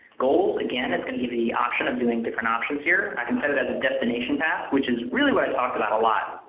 goals again, is going to give the option of doing different options here. i can set it as a destination which is really what i talked about a lot.